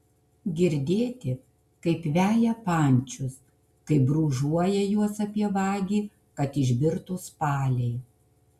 girdėti kaip veja pančius kaip brūžuoja juos apie vagį kad išbirtų spaliai